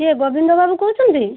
କିଏ ଗୋବିନ୍ଦ ବାବୁ କହୁଛନ୍ତି